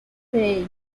seis